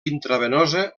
intravenosa